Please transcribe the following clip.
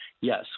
Yes